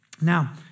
Now